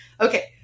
okay